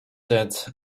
that